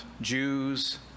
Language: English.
Jews